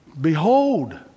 Behold